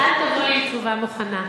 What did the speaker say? אל תבוא לי עם תשובה מוכנה.